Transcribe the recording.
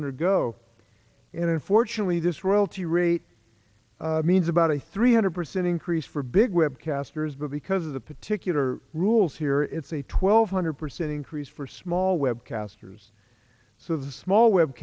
undergo in unfortunately this royalty rate means about a three hundred percent increase for big web casters but because of the particular rules here it's a twelve hundred percent increase for small web casters so the small web